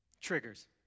Triggers